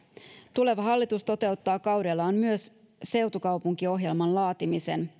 tuleva hallitus toteuttaa kaudellaan myös seutukaupunkiohjelman laatimisen